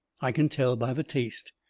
i can tell by the taste.